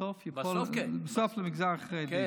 שבסוף הוא למגזר החרדי.